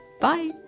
Bye